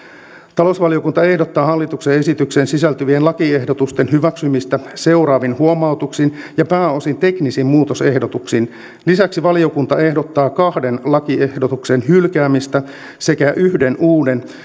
talousvaliokunta ehdottaa hallituksen esitykseen sisältyvien lakiehdotusten hyväksymistä seuraavin huomautuksin ja pääosin teknisin muutosehdotuksin lisäksi valiokunta ehdottaa kahden lakiehdotuksen hylkäämistä sekä yhden uuden